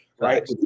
right